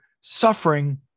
suffering